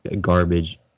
garbage